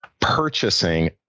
purchasing